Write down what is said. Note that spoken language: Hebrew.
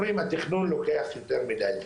אומרים התכנון לוקח יותר מידי זמן.